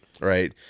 right